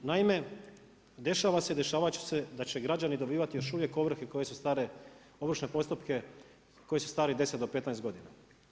Naime, dešava se i dešavati će se da će građani dobivati još uvijek ovrhe koje su stare, ovršne postupke koji su stari 10 do 15 godina.